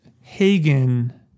Hagen